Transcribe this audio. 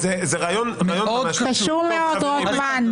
קשור מאוד, רוטמן.